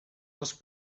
els